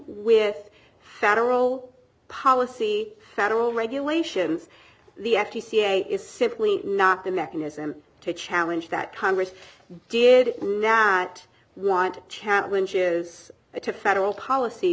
with federal policy federal regulations the f c c a is simply not the mechanism to challenge that congress did not want to challenge is to federal policy